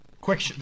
quick